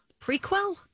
Prequel